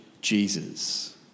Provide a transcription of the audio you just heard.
Jesus